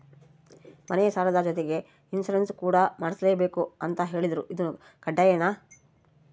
ಮನೆ ಸಾಲದ ಜೊತೆಗೆ ಇನ್ಸುರೆನ್ಸ್ ಕೂಡ ಮಾಡ್ಸಲೇಬೇಕು ಅಂತ ಹೇಳಿದ್ರು ಇದು ಕಡ್ಡಾಯನಾ?